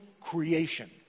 creation